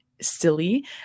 silly